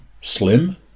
slim